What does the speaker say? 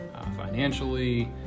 financially